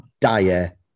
dire